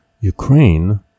Ukraine